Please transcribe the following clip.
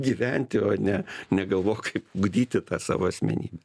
gyventi o ne negalvok kaip ugdyti tą savo asmeny